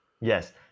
Yes